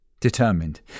determined